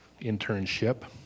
internship